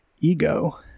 ego